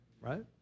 right